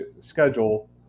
schedule